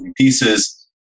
pieces